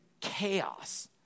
chaos